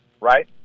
right